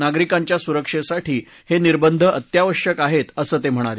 नागरिकांच्या सुरक्षेसाठी हे निर्बंध अत्यावश्यक आहेत असं ते म्हणाले